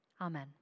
Amen